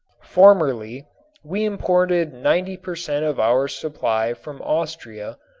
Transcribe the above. formerly we imported ninety per cent. of our supply from austria,